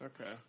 Okay